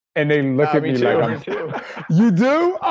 and they look at me like yeah do?